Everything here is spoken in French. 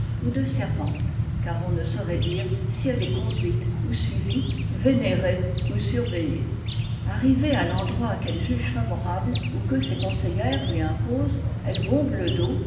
ou de servantes car on ne saurait dire si elle est conduite ou suivie vénérée ou surveillée arrivée à l'endroit qu'elle juge favorable ou que ses conseillères lui imposent elle bombe le dos